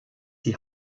die